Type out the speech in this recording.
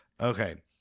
okay